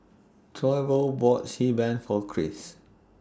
Toivo bought Xi Ban For Chris